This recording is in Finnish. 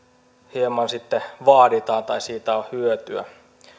hieman sitten vaaditaan tai siitä on hyötyä